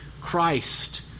Christ